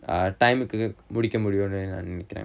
time முடிக்க முடியுனு நா நினைக்குறேன்:mudikka mudiyunu naa ninaikkuraen